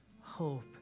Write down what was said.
hope